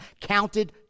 counted